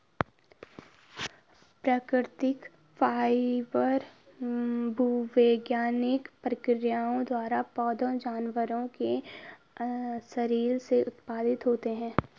प्राकृतिक फाइबर भूवैज्ञानिक प्रक्रियाओं द्वारा पौधों जानवरों के शरीर से उत्पादित होते हैं